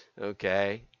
Okay